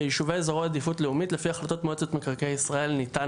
ביישובי אזורי עדיפות לאומית לפי החלטות מועצת מקרקעי ישראל ניתן